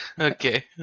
okay